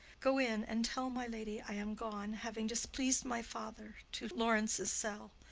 go in and tell my lady i am gone, having displeas'd my father, to laurence' cell,